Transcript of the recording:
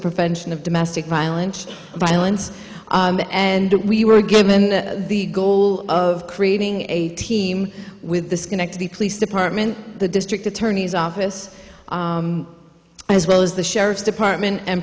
prevention of domestic violence violence and we were given the the goal of creating a team with the schenectady police department the district attorney's office as well as the sheriff's department and